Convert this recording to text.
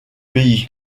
pays